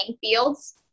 fields